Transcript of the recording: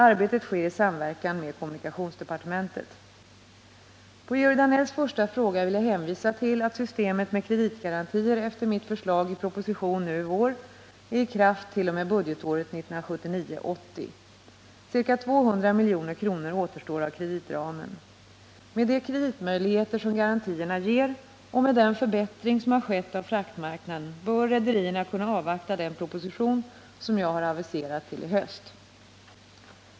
Arbetet sker i samverkan med kommunikationsdepartementet. Med anledning av Georg Danells första fråga vill jag hänvisa till att systemet med kreditgarantier efter mitt förslag i proposition nu i vår är i kraft t.o.m. budgetåret 1979/80. Ca 200 milj.kr. återstår av kreditramen. Med de kreditmöjligheter som garantierna ger och med den förbättring som har skett av fraktmarknaden bör rederierna kunna avvakta den proposition som jag har aviserat till i höst.